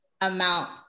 amount